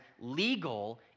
legal